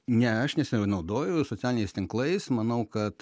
ne aš nesinaudoju socialiniais tinklais manau kad